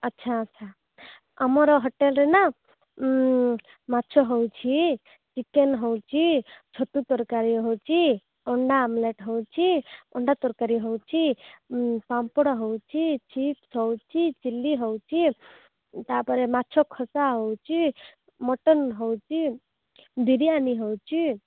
ଆଚ୍ଛା ଆଚ୍ଛା ଆମର ହୋଟେଲରେ ନା ମାଛ ହେଉଛି ଚିକେନ୍ ହେଉଛି ଛତୁ ତରକାରୀ ହେଉଛି ଅଣ୍ଡା ଆମ୍ଲେଟ୍ ହେଉଛି ଅଣ୍ଡା ତରକାରୀ ହେଉଛି ପାମ୍ପଡ଼ ହେଉଛି ଚିପସ୍ ହେଉଛି ଚିଲି ହେଉଛି ତାପରେ ମାଛ ଖଟା ହେଉଛି ମଟନ୍ ହେଉଛି ବିରିୟାନୀ ହେଉଛି